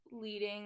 leading